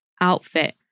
outfit